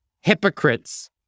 hypocrites